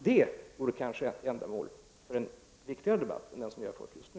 Det vore kanske ändamålet med en viktigare debatt än den som vi har fört nu.